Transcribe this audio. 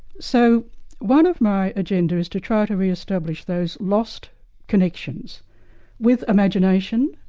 so one of my agendas is to try to re-establish those lost connections with imagination,